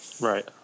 right